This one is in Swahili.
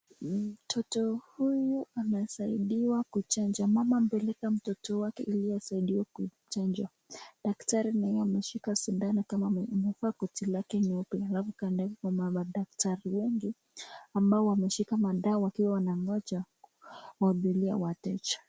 Mtoto huyu anasaidiwa kuchanja. Mama amepeleka mtoto wake ili asaidiwe kuchanjwa. Daktari naye ameshika sindano kama amevaa koti lake nyeupe alafu kando yake kuna madaktari wengi ambao wameshika madawa wakiwa wanangoja kuwahudumia wateja.